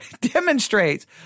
demonstrates